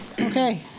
Okay